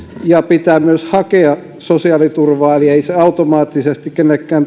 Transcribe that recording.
ja pitää myös hakea sosiaaliturvaa eli ei se automaattisesti kenellekään